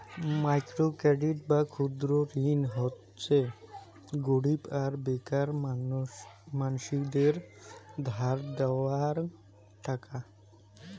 micro credit বা ক্ষুদ্র ঋণ হচ্যে গরীব আর বেকার মানসিদের ধার দেওয়াং টাকা